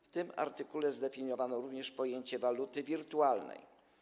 W tym artykule zdefiniowano również pojęcie waluty wirtualnej.